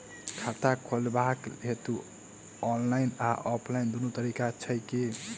खाता खोलेबाक हेतु ऑनलाइन आ ऑफलाइन दुनू तरीका छै की?